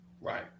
Right